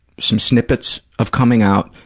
some snippets of coming out,